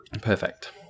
Perfect